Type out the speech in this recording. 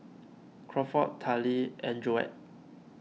Crawford Tallie and Joette